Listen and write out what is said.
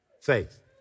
faith